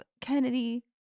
Kennedy